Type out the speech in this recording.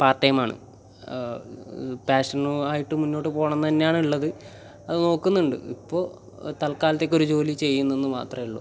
part time ആണ് പാഷനുമായിട്ട് മുന്നോട്ട് പോവണമെന്ന് തന്നെയാണ് ഉള്ളത് അത് നോക്കുന്നുണ്ട് ഇപ്പോൾ തൽക്കാലത്തേക്ക് ഒരു ജോലി ചെയ്യുന്നു എന്ന് മാത്രമേ ഉള്ളൂ